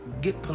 get